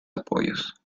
apoyos